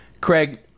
Craig